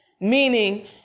Meaning